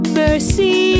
mercy